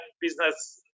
business